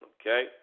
Okay